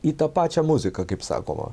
į tą pačią muziką kaip sakoma